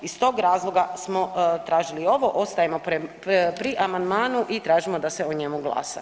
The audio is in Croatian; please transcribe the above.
Iz tog razloga smo tražili ovo, ostajemo pri amandmanu i tražimo da se o njemu glasa.